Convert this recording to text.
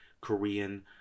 Korean